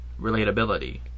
relatability